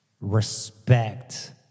respect